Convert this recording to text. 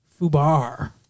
fubar